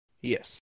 Yes